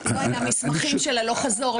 המסמכים של הלוך-חזור.